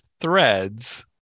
threads